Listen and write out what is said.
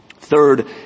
Third